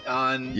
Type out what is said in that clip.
on